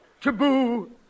Taboo